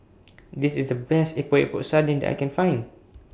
This IS The Best Epok Epok Sardin that I Can Find